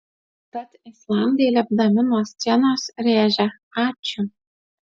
tad islandai lipdami nuo scenos rėžė ačiū